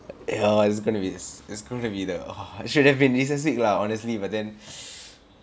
yeah I was gonna be this is gonna be the ah should have been recess week lah honestly but then